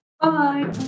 Bye